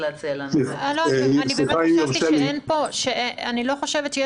אני חושבת שאין פה מחלוקת.